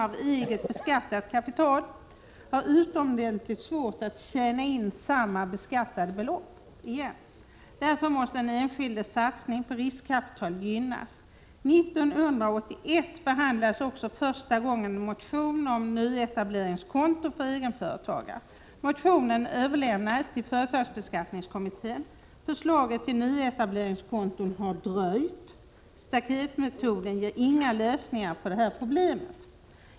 av eget beskattat kapital har utomordentligt svårt att tjäna in samma beskattade belopp igen. Därför måste den enskildes satsning på riskkapital gynnas. År 1981 behandlades också första gången en motion om nyetableringskonto för egenföretagare. Motionen överlämnades till företagsbeskattningskommittén. Förslaget om nyetableringskonton har dröjt. Staketmetoden ger inga lösningar på det här problemet.